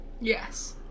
Yes